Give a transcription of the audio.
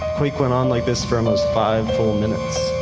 quake went on like this for almost five full minutes,